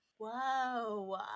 Whoa